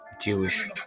jewish